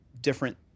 different